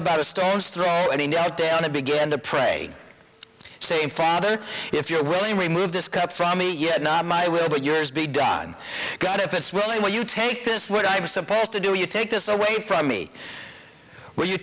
about a stone's throw away knelt down and began to pray same father if you're willing remove this cup from me yet not my will but yours be done god if it's really where you take this what i'm supposed to do you take this away from me will you